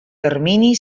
termini